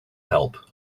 help